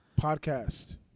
podcast